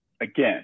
again